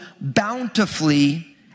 bountifully